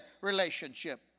relationship